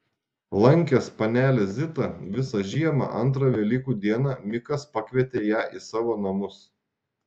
lankęs panelę zitą visą žiemą antrą velykų dieną mikas pakvietė ją į savo namus